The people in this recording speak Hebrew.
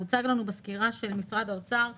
והוצג לנו בסקירה של משרד האוצר שיש,